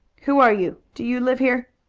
who are you? do you live here?